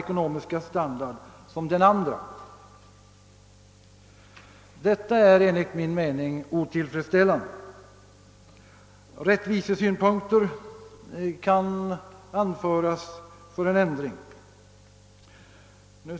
ekonomiska standard som den andra. Detta är enligt min mening otillfredsställande. Rättvisesynpunkter kan anföras för en ändring.